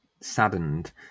saddened